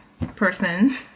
person